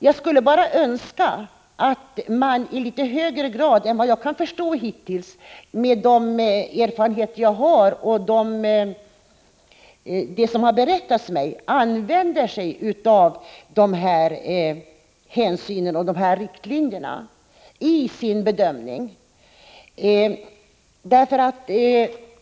Jag skulle bara önska att man i litet högre grad än som hittills har skett — efter vad jag kan förstå med de erfarenheter som jag har och med hänsyn till det som har berättats för mig — vid sin bedömning följer dessa riktlinjer och tar denna hänsyn.